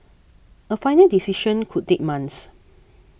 a final decision could take months